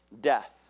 death